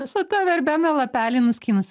su ta verbena lapelį nuskynus